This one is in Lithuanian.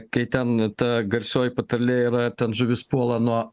kai ten ta garsioji patarlė yra ten žuvis pūva nuo